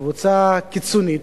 קבוצה קיצונית,